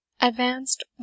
advanced